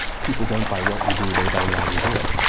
people don't buy what you do they buy why you do it.